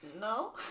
No